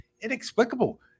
inexplicable